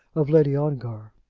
of lady ongar.